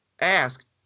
ask